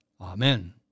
Amen